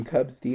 Cubs